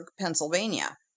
Pennsylvania